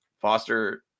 Foster